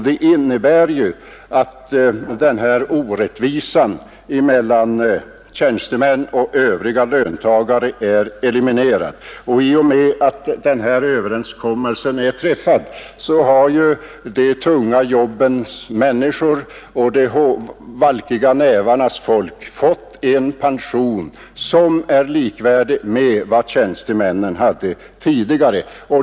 Det innebär att denna orättvisa mellan tjänstemän och övriga löntagare är eliminerad. I och med att den här överenskommelsen är träffad har de ”tunga jobbens människor och de valkiga nävarnas folk” fått en pension som är likvärdig den tjänstemännen redan tidigare har.